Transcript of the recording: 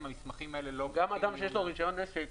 המסמכים האלה לא -- גם אדם שיש לו רישיון עסק